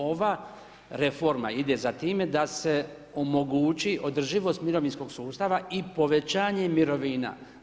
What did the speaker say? Ova reforma ide za time, da se omogući održivost mirovinskog sustava i povećanje mirovina.